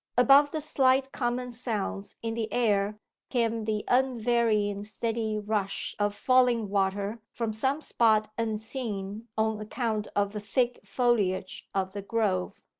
above the slight common sounds in the air came the unvarying steady rush of falling water from some spot unseen on account of the thick foliage of the grove.